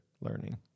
learning